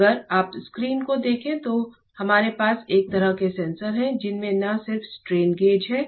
अगर आप स्क्रीन को देखें तो हमारे पास एक तरह के सेंसर हैं जिनमें न सिर्फ स्ट्रेन गेज है